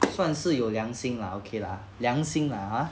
算是有良心 lah okay lah 良心 lah ha